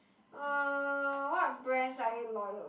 uh what brands are you loyal